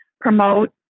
promote